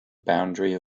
boundary